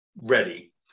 ready